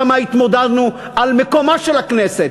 כמה התמודדנו על מקומה של הכנסת,